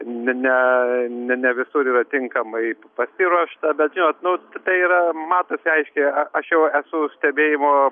ne ne ne ne visur yra tinkamai pasiruošta bet jo nu tai yra matosi aiškiai aš jau esu stebėjimo